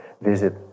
visit